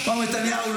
מר נתניהו,